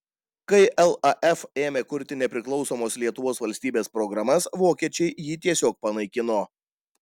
kai laf ėmė kurti nepriklausomos lietuvos valstybės programas vokiečiai jį tiesiog panaikino